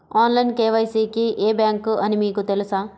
Online KYC కి ఏ bank అని మీకు తెలుసా?